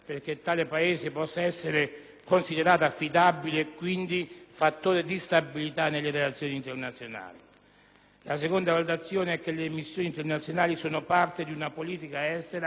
La seconda valutazione è che le missioni internazionali sono parte di una politica estera che si è dovuta e si deve misurare con sfide difficili. Un impegno che ci vede presenti con operazioni NATO